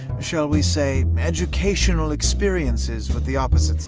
shall we say, educational experiences with the opposite